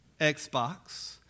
Xbox